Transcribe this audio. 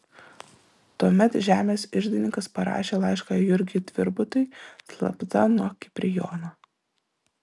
tuomet žemės iždininkas parašė laišką jurgiui tvirbutui slapta nuo kiprijono